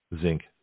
Zinc